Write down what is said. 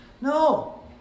No